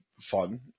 fun